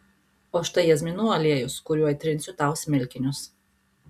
o štai jazminų aliejus kuriuo įtrinsiu tau smilkinius